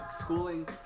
schooling